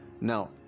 now